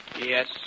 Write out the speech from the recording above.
Yes